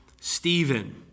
Stephen